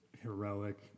heroic